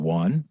one